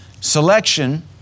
Selection